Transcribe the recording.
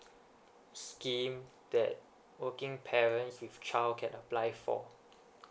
scheme that working parents with child can apply for